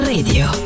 Radio